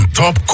top